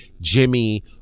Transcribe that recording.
Jimmy